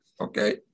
Okay